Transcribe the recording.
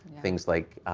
things like,